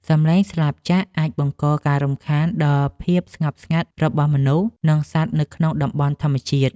សំឡេងស្លាបចក្រអាចបង្កការរំខានដល់ភាពស្ងប់ស្ងាត់របស់មនុស្ស និងសត្វនៅក្នុងតំបន់ធម្មជាតិ។